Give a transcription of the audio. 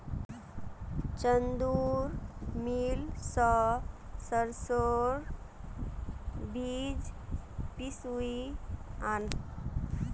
चंदूर मिल स सरसोर बीज पिसवइ आन